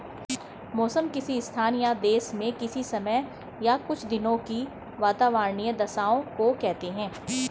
मौसम किसी स्थान या देश में किसी समय या कुछ दिनों की वातावार्नीय दशाओं को कहते हैं